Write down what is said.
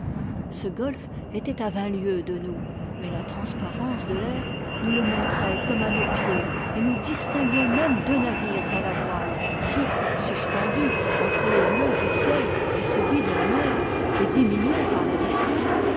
ce golfe était a vingt lieues de nous mais la transparence de l'air nous le montrait comme à nos pieds et nous distinguions même deux navires à la voile qui suspendus entre le bleu du ciel et celui de la mer et diminués par la distance